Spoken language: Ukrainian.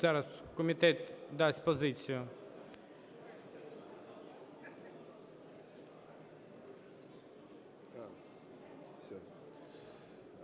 Зараз комітет дасть позицію.